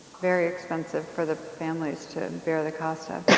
very expensive for the families to bear the cost of.